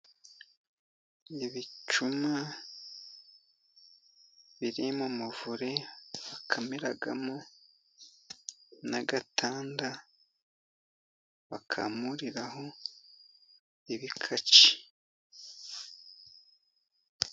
Ni ibicuma biri mu muvure bakamiramo, n'agatanda bakamuriraho ibikatsi.